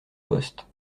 poste